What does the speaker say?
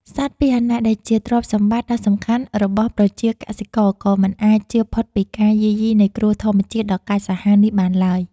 សត្វពាហនៈដែលជាទ្រព្យសម្បត្តិដ៏សំខាន់របស់ប្រជាកសិករក៏មិនអាចជៀសផុតពីការយាយីនៃគ្រោះធម្មជាតិដ៏កាចសាហាវនេះបានឡើយ។